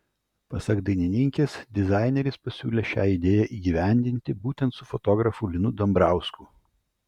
pasak dainininkės dizaineris pasiūlė šią idėją įgyvendinti būtent su fotografu linu dambrausku